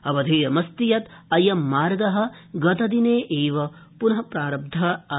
अवधेयमस्ति यत् अयं मार्ग गतदिने एवं प्रारब्ध आसीत्